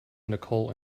nicole